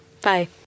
Bye